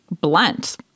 blunt